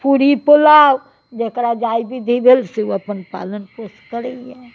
पूरी पुलाव जकरा जाहि विधि भेल से अपन पालन पोषण करैए